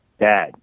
Dad